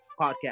Podcast